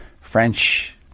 French